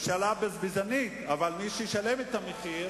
הממשלה בזבזנית, אבל מי שישלם את המחיר